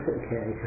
okay